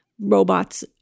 robot's